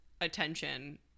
attention